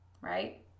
right